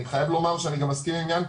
אני חייב לומר שאני גם מסכים עם יענקי,